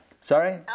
Sorry